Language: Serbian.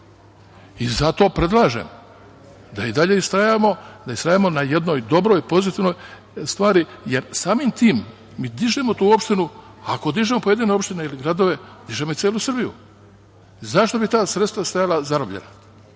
predlažem da i dalje istrajavamo na jednoj dobroj, pozitivnoj stvari, jer samim tim mi dižemo tu opštinu. Ako dižemo pojedine opštine i gradove, dižemo i celu Srbiju. Zašto bi ta sredstva stajala zarobljena?